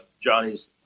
Johnny's